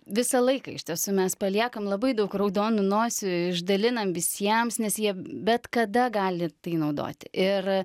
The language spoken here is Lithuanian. visą laiką iš tiesų mes paliekam labai daug raudonų nosių išdalinam visiems nes jie bet kada gali tai naudoti ir